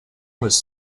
was